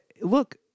Look